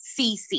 cc